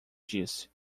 disse